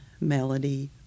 melody